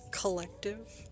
collective